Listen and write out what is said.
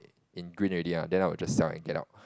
in green already then I will just sell and get out